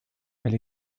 elle